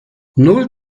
null